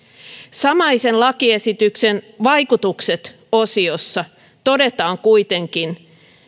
samaisen lakiesityksen vaikutukset osiossa todetaan kuitenkin